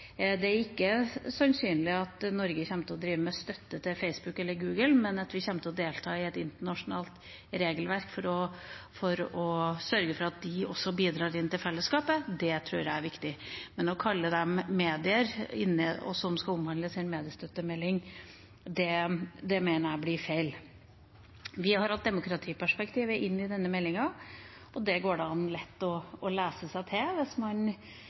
Det er ikke sannsynlig at Norge kommer til å drive med støtte til Facebook eller Google, men at vi kommer til å delta i et internasjonalt regelverk for å sørge for at de også bidrar inn til fellesskapet, tror jeg er viktig. Men å kalle dem medier, som skal omtales i en mediestøttemelding, mener jeg blir feil. Vi har hatt med oss demokratiperspektivet inn i denne meldinga, og det går det lett an å lese seg til hvis man